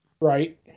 Right